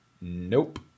Nope